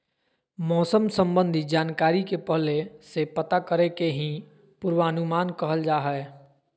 मौसम संबंधी जानकारी के पहले से पता करे के ही पूर्वानुमान कहल जा हय